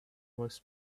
was